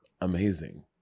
amazing